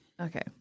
Okay